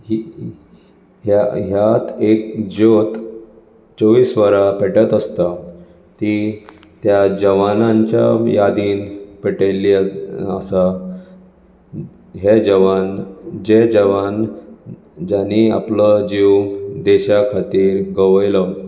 ती ह्यात एक ज्योत चोवीस वरां पेटत आसता ती त्या जवानांच्या यादीन पेटयल्ली आसा हे जवान जे जवान जाणीं आपलो जीव देशा खातीर गवयलो